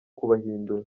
kubahindura